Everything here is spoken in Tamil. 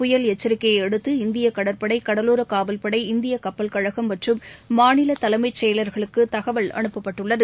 புயல் எச்சரிக்கையையடுத்து இந்தியகடற்பளட கடலோரகாவல்பளட இந்தியகப்பல் கழகம் மற்றும் மாநிலதலமைச்செயலர்களுக்குதகவல் அனுப்பப்பட்டுள்ளது